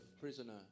prisoner